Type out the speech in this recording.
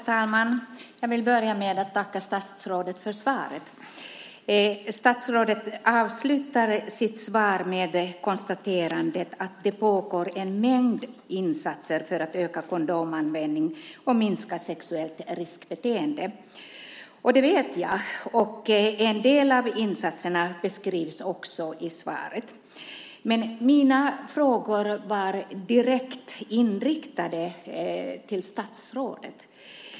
Herr talman! Jag vill börja med att tacka statsrådet för svaret. Statsrådet avslutar sitt svar med konstaterandet att det pågår en mängd insatser för att öka kondomanvändning och minska sexuellt riskbeteende. Det vet jag. En del av insatserna beskrivs också i svaret. Mina frågor var direkt riktade till statsrådet.